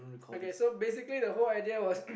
okay so basically the whole idea was